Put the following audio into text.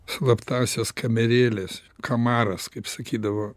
slaptąsias kamerėles kamaras kaip sakydavo